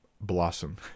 blossom